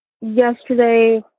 yesterday